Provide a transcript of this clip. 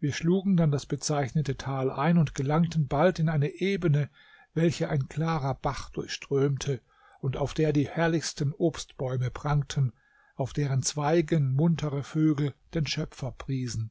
wir schlugen dann das bezeichnete tal ein und gelangten bald in eine ebene welche ein klarer bach durchströmte und auf der die herrlichsten obstbäume prangten auf deren zweigen muntere vögel den schöpfer priesen